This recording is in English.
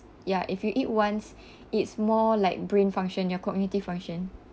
ya if you eat once it's more like brain function your cognitive function